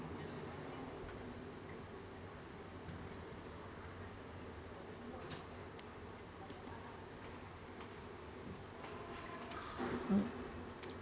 mm